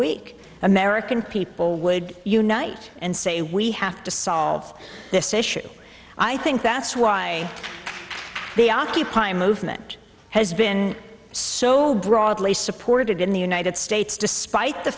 week american people would unite and say we have to solve this issue i think that's why the occupy movement has been so broadly supported in the united states despite the